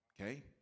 Okay